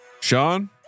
Sean